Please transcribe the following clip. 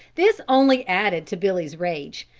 this only added to billy's rage,